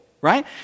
right